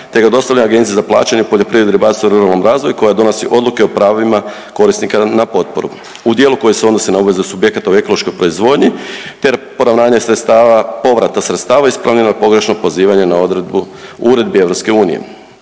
te ga dostavlja Agenciji za plaćanje u poljoprivredi, ribarstvu i ruralnom razvoju koja donosi odluke o pravima korisnika na potporu. U dijelu koji se odnosi na obveze subjekata u ekološkoj proizvodnji, te poravnanje sredstava, povrata sredstava iz planiranog pogrešnog pozivanja na odredbu uredbi EU.